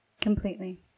Completely